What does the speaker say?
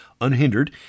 Unhindered